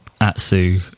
Atsu